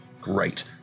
great